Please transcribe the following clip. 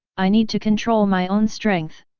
i need to control my own strength.